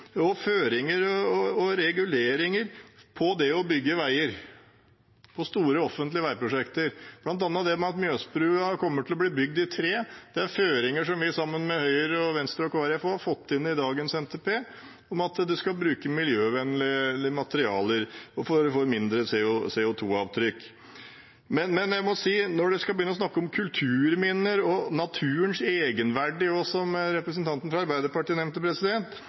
føringer og reguleringer for det å bygge veier, for store offentlige veiprosjekter. Blant annet det at Mjøsbrua kommer til å bli bygget i tre, er en føring som vi, sammen med Høyre, Venstre og Kristelig Folkeparti, har fått inn i dagens NTP, at det skal brukes miljøvennlige materialer for å få mindre CO 2 -avtrykk. Når man snakker om kulturminner og naturens egenverdi, som representanten fra Arbeiderpartiet nevnte,